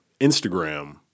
Instagram